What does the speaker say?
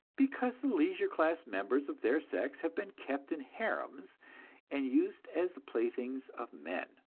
because the leisure class members of their sex have been kept in harems and used as the playthings of men.